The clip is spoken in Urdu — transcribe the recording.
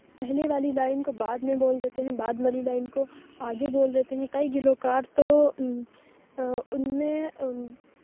پہلے والی لائن کو بعد میں بول دیتے ہیں بعد والی لائن کو آگے بول دیتے ہیں کئی گلوکار تو ان میں